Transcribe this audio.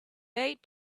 eight